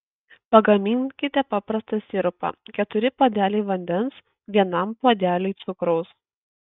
pagaminkite paprastą sirupą keturi puodeliai vandens vienam puodeliui cukraus